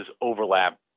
overlap